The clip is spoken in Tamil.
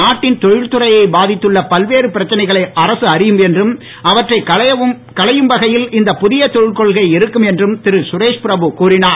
நாட்டின் தொழில் துறையை பாதித்துள்ள பல்வேறு பிரச்சனைகளை அரசு அறியும் என்றும் அவற்றை களையும் வகையில் இந்த புதிய தொழில் கொள்கை இருக்கும் என்றும் திரு சுரேஷ்பிரபு கூறினார்